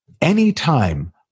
Anytime